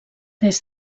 des